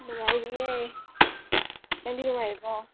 ꯅꯨꯡꯉꯥꯏꯔꯤꯑꯦ ꯅꯪꯗꯤ ꯅꯨꯡꯉꯥꯏꯔꯤꯕꯣ